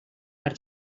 per